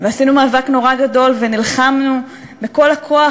ועשינו מאבק נורא גדול ונלחמנו בכל הכוח